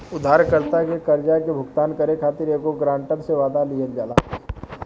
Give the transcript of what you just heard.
उधारकर्ता के कर्जा के भुगतान करे खातिर एगो ग्रांटर से, वादा लिहल जाला